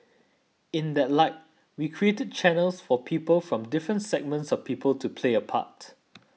in that light we created channels for people from different segments of people to play a part